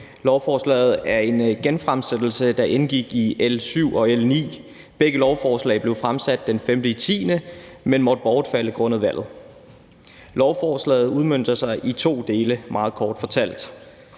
Lovforslaget er en genfremsættelse, der indgik i L 7 og L 9. Begge lovforslag blev fremsat den 5. oktober, men bortfaldt på grund af valget. Lovforslaget udmønter sig i to dele, meget kort fortalt: